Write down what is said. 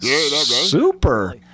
Super